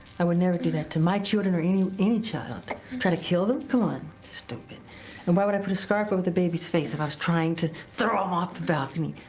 i would never do that to my children or any any child trying to kill them gone stupid and why would i put a scarf over the baby's face if and i was trying to throw him off the balcony?